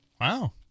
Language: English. Wow